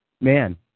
man